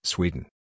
Sweden